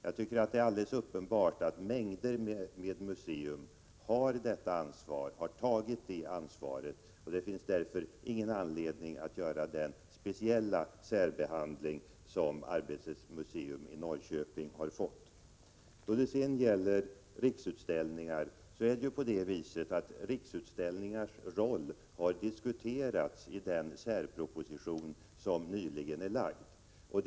Det är alldeles uppenbart att mängder av museer har tagit det ansvaret. Det finns därför ingen anledning att särbehandla Arbetets museum i Norrköping på det sätt som skett. Riksutställningars roll har diskuterats i den särproposition som nyligen lagts fram.